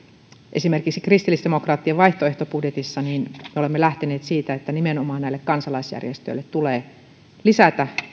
esimerkiksi kristillisdemokraattien vaihtoehtobudjetissa me olemme lähteneet siitä että nimenomaan näiden kansalaisjärjestöjen panosta tulee lisätä